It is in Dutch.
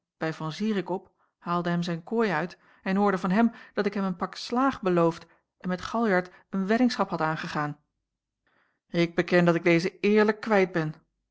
bij van zirik op haalde hem zijn kooi uit en hoorde van hem dat ik hem een pak slaag beloofd en met galjart een weddingschap had aangegaan ik beken dat ik deze eerlijk kwijt ben